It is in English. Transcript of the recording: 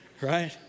right